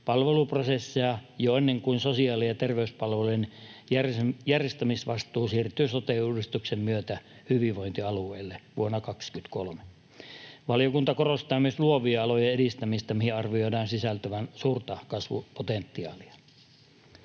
palveluprosesseja jo ennen kuin sosiaali- ja terveyspalvelujen järjestämisvastuu siirtyy sote-uudistuksen myötä hyvinvointialueelle vuonna 23. Valiokunta korostaa myös luovien alojen edistämistä, mihin arvioidaan sisältyvän suurta kasvupotentiaalia.